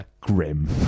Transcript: grim